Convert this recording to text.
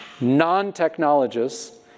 non-technologists